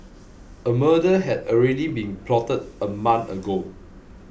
a murder had already been plotted a month ago